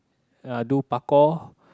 I do parkour